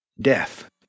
Death